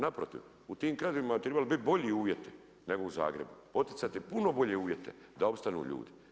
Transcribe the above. Naprotiv u tim krajevima trebali bi biti bolji uvjeti nego u Zagrebu, poticati puno bolje uvjete da opstanu ljudi.